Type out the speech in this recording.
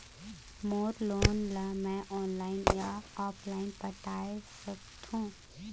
मोर loan ला मैं online या ऑफलाइन पटाए सकथों?